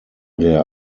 der